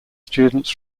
students